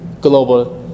global